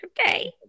Okay